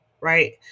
right